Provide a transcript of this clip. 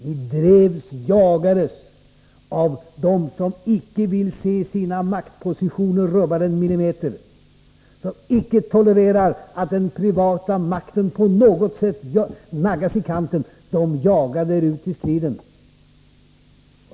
Ni drevs och jagades av dem som icke vill se sina maktpositioner rubbade en millimeter. De som icke tolererar att den privata makten på något sätt naggas i kanten jagade er ut i striden.